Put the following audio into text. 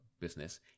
business